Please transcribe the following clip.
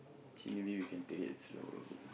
actually maybe you can take it slower a little bit